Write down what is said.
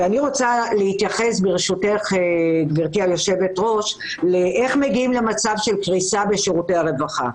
אני רוצה להתייחס לשאלה איך מגיעים למצב של קריסה בשירותי הרווחה.